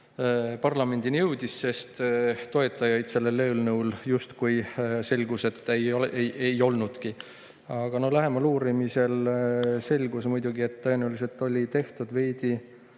parlamendini jõudis, sest toetajaid sellel justkui, nagu selgus, ei olnudki. Aga no lähemal uurimisel selgus muidugi, et tõenäoliselt oli tehtud veidi